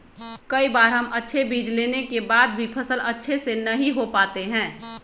कई बार हम अच्छे बीज लेने के बाद भी फसल अच्छे से नहीं हो पाते हैं?